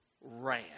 ran